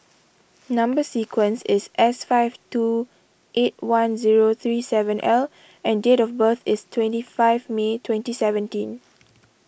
Number Sequence is S five two eight one zero three seven L and date of birth is twenty five May twenty seventeen